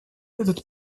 этот